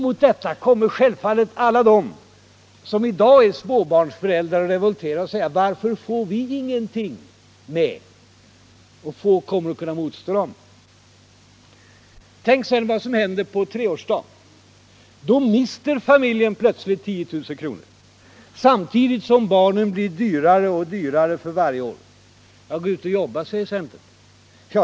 Mot detta kommer självfallet alla de som i dag är småbarnsföräldrar att revoltera och säga: Då måste också vi få något. Det är mänskligt och vem kommer att kunna motstå de kraven? Tänk sedan på vad som händer på treårsdagen. Då mister familjen plötsligt 10 000 kr. Samtidigt blir barnen dyrare och dyrare för varje år. Gå ut och jobba säger centern.